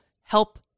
help